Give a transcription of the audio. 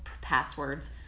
passwords